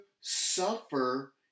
suffer